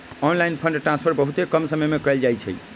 online fund transfer बहुते कम समय में कएल जाइ छइ